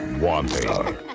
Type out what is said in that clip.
Wanting